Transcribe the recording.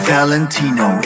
Valentino